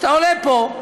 כשאתה עולה פה,